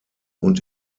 und